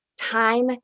time